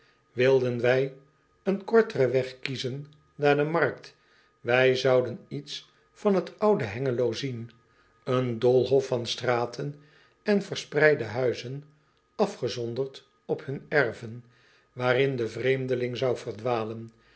ilden wij een korteren weg kiezen naar de markt wij zouden iets van het oude engelo zien een doolhof van straten en verspreide huizen afgezonderd op hun erven waarin de vreemdeling zou verdwalen